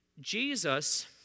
Jesus